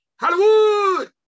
Hollywood